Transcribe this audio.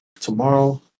tomorrow